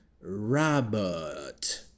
robert